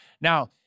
Now